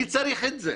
מי צריך את זה?